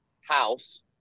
house